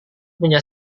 punya